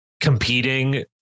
competing